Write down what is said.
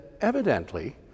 evidently